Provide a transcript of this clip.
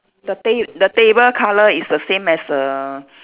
the ta~ the table colour is the same as the